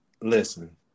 Listen